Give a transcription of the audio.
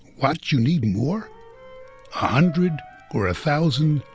what, you need more? a hundred or a thousand?